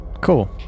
Cool